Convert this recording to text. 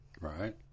Right